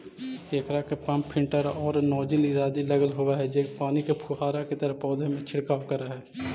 एकरा में pump filter आउ नॉजिल आदि लगल होवऽ हई जे पानी के फुहारा के तरह पौधा पर छिड़काव करऽ हइ